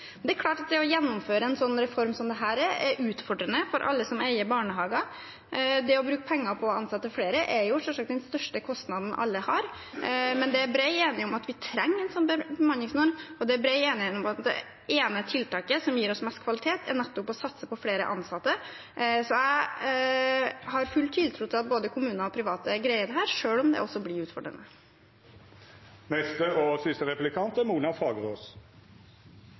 Det er klart at det å gjennomføre en reform som dette er utfordrende for alle som eier barnehager. Det å bruke penger på å ansette flere er selvsagt den største kostnaden alle har, men det er bred enighet om at vi trenger en slik bemanningsnorm, og det er bred enighet om at det ene tiltaket som gir oss mest kvalitet, er nettopp å satse på flere ansatte. Så jeg har full tiltro til at både kommuner og private greier dette, selv om det blir utfordrende. Jeg må følge opp det vi snakket om i stad, jeg og